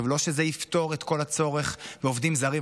לא שזה יפתור את כל הצורך בעובדים זרים,